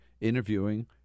interviewing